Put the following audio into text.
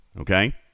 Okay